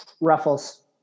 ruffles